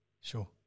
Sure